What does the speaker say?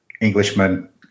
Englishman